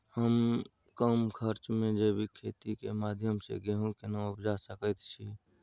हम कम खर्च में जैविक खेती के माध्यम से गेहूं केना उपजा सकेत छी?